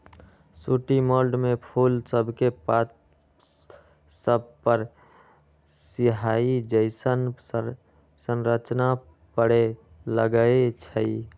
sooty mould में फूल सभके पात सभपर सियाहि जइसन्न संरचना परै लगैए छइ